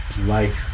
life